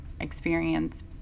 experience